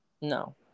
No